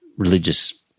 religious